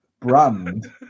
brand